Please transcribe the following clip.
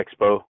Expo